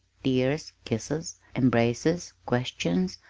tears, kisses, embraces, questions,